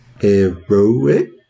Heroic